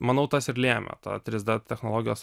manau tas ir lėmė tą trys d technologijos